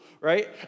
right